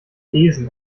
besen